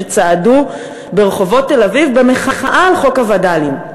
שצעדו ברחובות תל-אביב במחאה על חוק הווד"לים.